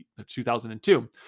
2002